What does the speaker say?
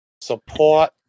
Support